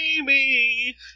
baby